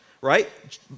right